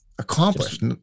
accomplished